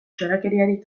txorakeriarik